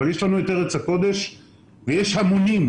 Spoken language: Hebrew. אבל יש לנו את ארץ הקודש ויש המונים,